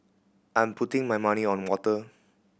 I'm putting my money on water